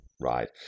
Right